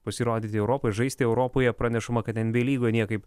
pasirodyti europoj žaisti europoje pranešama kad nba lygoje niekaip